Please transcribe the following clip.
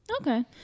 Okay